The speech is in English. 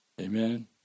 Amen